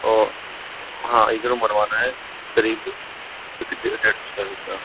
ओ हाँ एक रूम बनवाना है करीब डेढ़ सौ स्क्वायर फ़ीट का